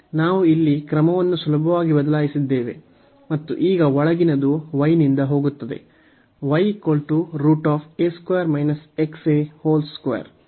ನಾವು ಇಲ್ಲಿ ಕ್ರಮವನ್ನು ಸುಲಭವಾಗಿ ಬದಲಾಯಿಸಿದ್ದೇವೆ ಮತ್ತು ಈಗ ಒಳಗಿನದು y ನಿಂದ ಹೋಗುತ್ತದೆ y √ a 2 2 ಗೆ y ಗೆ ಸಮನಾಗಿರುತ್ತದೆ